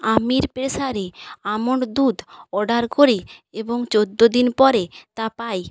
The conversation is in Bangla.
আমির প্রেসারি আমন্ড দুধ অর্ডার করি এবং চৌদ্দ দিন পরে তা পাই